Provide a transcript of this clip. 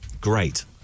Great